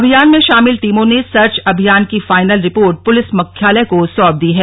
अभियान में शामिल टीमों ने सर्च अभियान की फाइनल रिपोर्ट पुलिस मुख्यालय को सौंप दी है